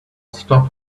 stop